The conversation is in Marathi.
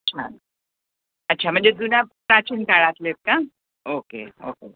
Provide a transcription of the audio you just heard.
हां अच्छा अच्छा म्हणजे जुन्या प्राचीन काळातले का ओके ओके ओके